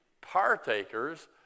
partakers